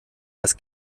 was